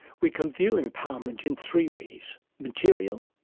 we can view empowerment in three ways material,